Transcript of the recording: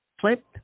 flip